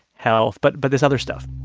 health but but this other stuff